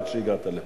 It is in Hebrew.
עד שהגעת לפה.